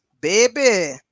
baby